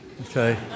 okay